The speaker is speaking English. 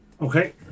okay